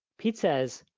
pete says,